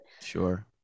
Sure